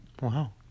Wow